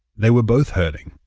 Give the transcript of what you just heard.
they were both hurting,